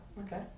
okay